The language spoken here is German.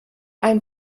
ein